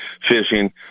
fishing